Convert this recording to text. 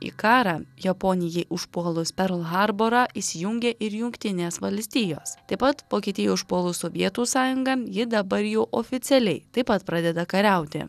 į karą japonijai užpuolus perl harborą įsijungė ir jungtinės valstijos taip pat vokietijai užpuolus sovietų sąjungą ji dabar jau oficialiai taip pat pradeda kariauti